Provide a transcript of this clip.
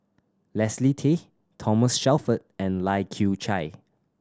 Leslie Tay Thomas Shelford and Lai Kew Chai